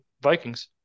Vikings